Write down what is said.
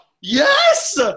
yes